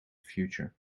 future